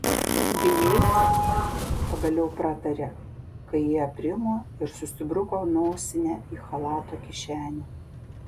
bijai pagaliau pratarė kai ji aprimo ir susibruko nosinę į chalato kišenę